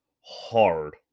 hard